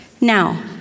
Now